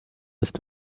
ist